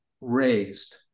raised